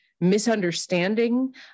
misunderstanding